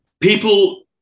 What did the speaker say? people